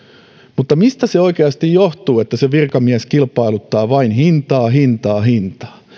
mutta mistä se oikeasti johtuu että se virkamies kilpailuttaa vain hintaa hintaa hintaa